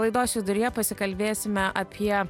laidos viduryje pasikalbėsime apie